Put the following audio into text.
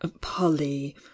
polly